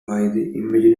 imaginary